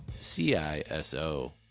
C-I-S-O